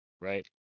right